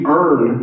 earn